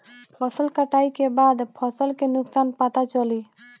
फसल कटाई के बाद फसल के नुकसान पता चली